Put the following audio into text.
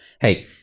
hey